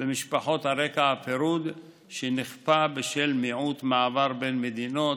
במשפחות על רקע הפירוד שנכפה בשל מיעוט מעבר בין מדינות,